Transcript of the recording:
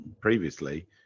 previously